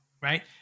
Right